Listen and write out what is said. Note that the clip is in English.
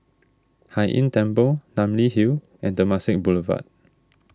Hai Inn Temple Namly Hill and Temasek Boulevard